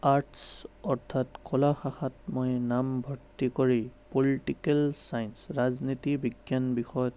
arts অৰ্থাৎ কলা শাখাত মই নামভৰ্তি কৰি পলিটিকেল চাইন্স ৰাজনীতি বিজ্ঞান বিষয়ত